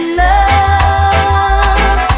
love